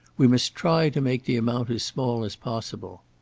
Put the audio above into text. we must try to make the amount as small as possible.